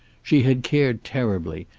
she had cared terribly,